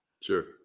Sure